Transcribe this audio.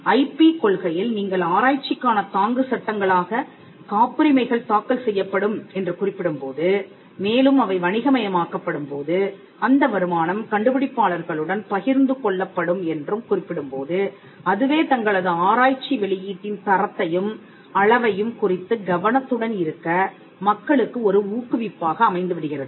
IP கொள்கையில் நீங்கள் ஆராய்ச்சிக்கான தாங்கு சட்டங்களாகக் காப்புரிமைகள் தாக்கல் செய்யப்படும் என்று குறிப்பிடும்போது மேலும் அவை வணிகமயமாக்கப்படும்போது அந்த வருமானம் கண்டுபிடிப்பாளர்களுடன் பகிர்ந்து கொள்ளப்படும் என்றும் குறிப்பிடும்போது அதுவே தங்களது ஆராய்ச்சி வெளியீட்டின் தரத்தையும் அளவையும் குறித்து கவனத்துடன் இருக்க மக்களுக்கு ஒரு ஊக்குவிப்பாக அமைந்துவிடுகிறது